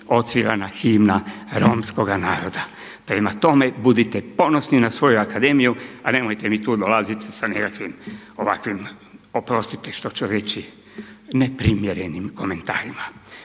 odsvirana himna romskoga naroda. Prema tome, budite ponosni na svoju Akademiju a nemojmo mi tu dolaziti sa nekakvim ovakvim, oprostite što ću reći, neprimjerenim komentarima.